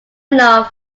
enough